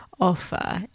offer